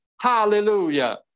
Hallelujah